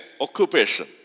occupation